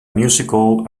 musical